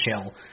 chill